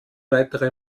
weitere